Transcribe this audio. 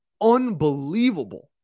unbelievable